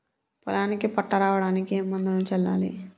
పొలానికి పొట్ట రావడానికి ఏ మందును చల్లాలి?